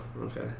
okay